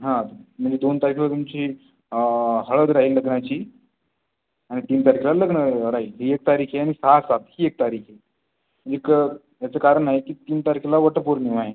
हां म्हणजे दोन तारखेला तुमची हळद राहील लग्नाची आणि तीन तारखेला लग्न राहील ही एक तारीख आहे आणि सहा सात ही एक तारीख आहे निकं याचं कारण आहे की तीन तारखेला वटपौर्णिमा आहे